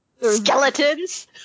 Skeletons